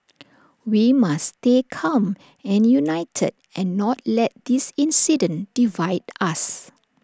we must stay calm and united and not let this incident divide us